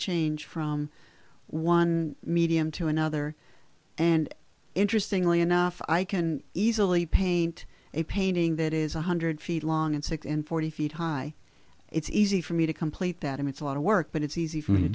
change from one medium to another and interestingly enough i can easily paint a painting that is one hundred feet long and six and forty feet high it's easy for me to complete that and it's a lot of work but it's easy for me to